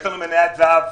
יש לנו מניית זהב.